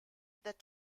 that